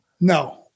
No